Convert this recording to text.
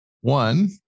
One